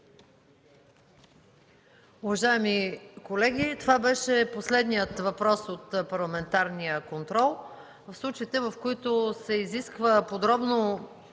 Уважаеми колеги, това беше последният въпрос от парламентарния контрол. В случаите, в които се изисква подробно